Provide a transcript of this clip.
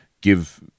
give